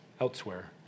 elsewhere